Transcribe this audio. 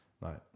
Right